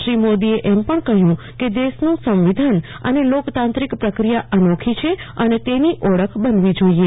શ્રી મોદીએ એમ પણ કહ્યું કે દેશનું સંવિધાન અને લોકતાંત્રિક પ્રક્રિયા અનોખી છે અને તેની ઓળખ બનવી જોઈએ